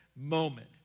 moment